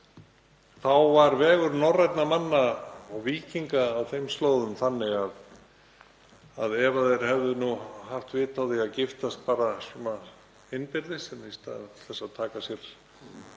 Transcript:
þá var vegur norrænna manna og víkinga á þeim slóðum þannig að ef þeir hefðu haft vit á því að giftast bara innbyrðis í stað þess að taka sér